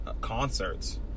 concerts